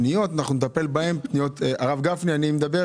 מדובר